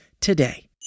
today